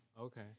okay